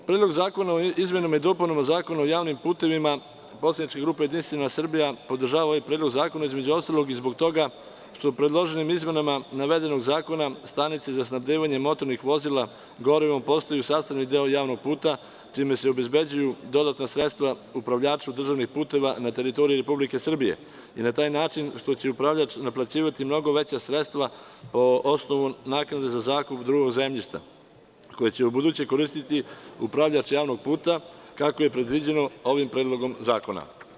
Predlog zakona o izmenama i dopunama Zakona o javnim putevima, poslanička grupa Jedinstvena Srbija, podržava ovaj Predlog zakona, između ostalog i zbog toga što u predloženim izmenama navedenog zakona stanice za snabdevanje motornih vozila gorivom postaju sastavni deo javnog puta, čime se obezbeđuju dodatna sredstva upravljaču državnih puteva na teritoriji Republike Srbije i na taj način što će upravljač naplaćivati mnogo veća sredstva po osnovu naknade za zakup drugog zemljišta, koje će ubuduće koristiti upravljač javnog puta, kako je predviđeno ovim Predlogom zakona.